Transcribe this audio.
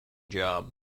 job